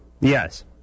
Yes